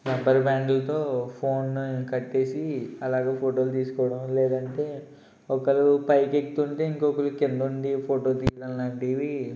rubber బ్యాండ్లతో ఫోన్ని కట్టేసి అలాగ ఫోటోలు తీసుకోవడం లేదంటే ఒకరు పైకి ఎక్కుతుంటే ఇంకొకరు కింద ఉండి ఫోటో తీయడం లాంటివి